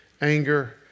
anger